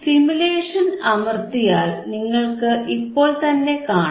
simulation അമർത്തിയാൽ നിങ്ങൾക്ക് ഇപ്പോൾത്തന്നെ കാണാം